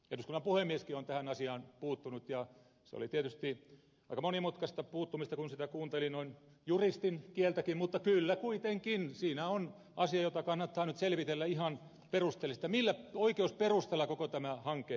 eduskunnan puhemieskin on tähän asiaan puuttunut ja se oli tietysti aika monimutkaista puuttumista kun sitä kuunteli noin juristin kieltäkin mutta kyllä kuitenkin siinä on asia jota kannattaa nyt selvitellä ihan perusteellisesti että millä oikeusperustalla koko tämä hanke on rakennettu